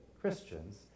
Christians